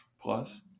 plus